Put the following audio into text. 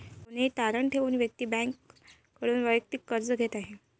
सोने तारण ठेवून व्यक्ती बँकेकडून वैयक्तिक कर्ज घेत आहे